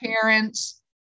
parents